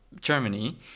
Germany